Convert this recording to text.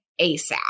ASAP